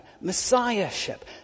Messiahship